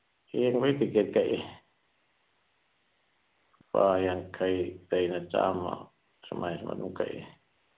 ꯌꯦꯡꯕꯩ ticket ꯀꯛꯏ ꯂꯨꯄꯥ ꯌꯥꯡꯈꯩꯗꯒꯤꯅ ꯆꯥꯃ ꯁꯨꯃꯥꯏꯅ ꯑꯗꯨꯝ ꯀꯛꯏ